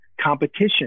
competition